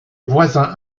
voisins